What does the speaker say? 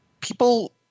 People